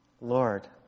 Lord